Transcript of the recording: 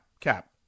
Cap